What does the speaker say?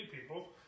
people